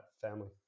family